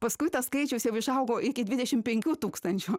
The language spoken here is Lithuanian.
paskui tas skaičius jau išaugo iki dvidešimt penkių tūkstančių